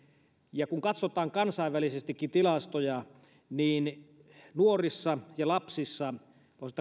ja kun katsotaan kansainvälisestikin tilastoja niin nuorissa ja lapsissa